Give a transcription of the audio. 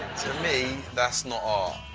to me, that's not ah